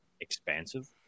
expansive